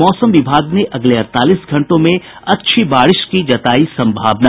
मौसम विभाग ने अगले अड़तालीस घंटों में अच्छी बारिश की जतायी संभावना